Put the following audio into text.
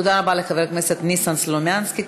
תודה רבה לחבר הכנסת ניסן סלומינסקי.